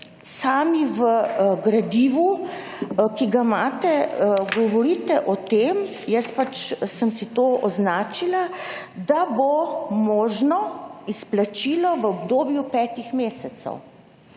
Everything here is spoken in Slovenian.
sami v gradivu, ki ga imate, govorite o tem, jaz pač sem si to označila, da bo možno izplačilo v obdobju petih mesecev.